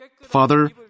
Father